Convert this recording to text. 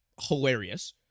hilarious